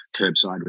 curbside